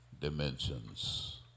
dimensions